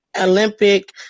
Olympic